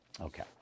Okay